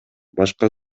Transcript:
башка